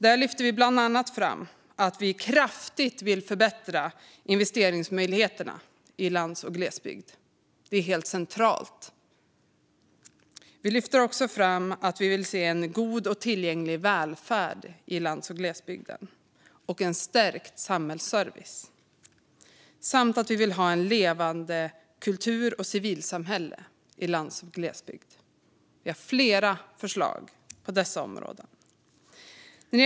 Där lyfter vi bland annat fram att vi kraftigt vill förbättra investeringsmöjligheterna i lands och glesbygd. Det är helt centralt. Vi lyfter också fram att Miljöpartiet vill se en god och tillgänglig välfärd i lands och glesbygden och en stärkt samhällsservice. Vi vill även ha en levande kultur och ett levande civilsamhälle där. Vi har flera förslag på dessa områden.